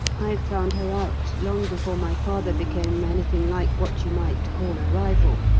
i found her out long before my father became anything like what you might call a rival,